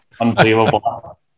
unbelievable